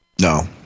no